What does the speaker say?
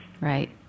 Right